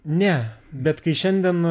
ne bet kai šiandien